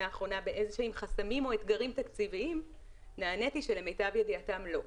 האחרונה באיזשהם חסמים או אתגרים תקציביים נעניתי שלמיטב ידיעתם לא.